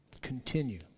Continue